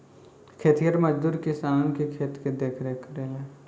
खेतिहर मजदूर किसान के खेत के देखरेख करेला